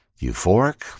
Euphoric